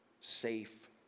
safe